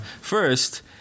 First